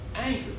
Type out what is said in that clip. Anger